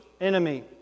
enemy